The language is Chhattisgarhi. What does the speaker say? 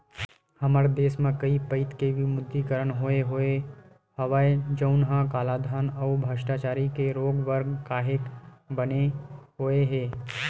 हमर देस म कइ पइत के विमुद्रीकरन होय होय हवय जउनहा कालाधन अउ भस्टाचारी के रोक बर काहेक बने होय हे